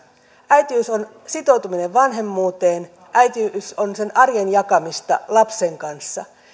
äitiys on sitoutuminen vanhemmuuteen äitiys on sen arjen jakamista lapsen kanssa